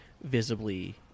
visibly